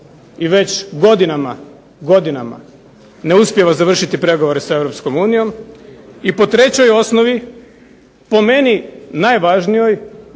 i već godinama, godinama ne uspijeva završiti pregovore sa Europskom unijom. I po trećoj osnovi, po meni najvažnijoj